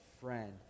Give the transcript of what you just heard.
friend